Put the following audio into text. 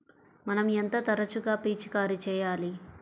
మనం ఎంత తరచుగా పిచికారీ చేయాలి?